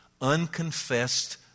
unconfessed